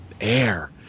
air